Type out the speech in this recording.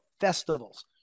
festivals